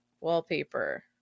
wallpaper